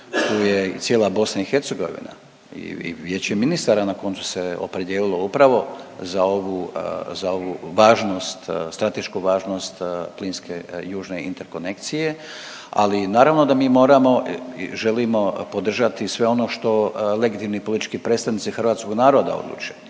tu je i cijela BiH i Vijeće ministara, na koncu se opredijelilo upravo za ovu za ovu važnost stratešku važnost plinske Južne interkonekcije, ali naravno da mi moramo, želimo podržati sve ono što legitimni politički predstavnici hrvatskog naroda odlučuje.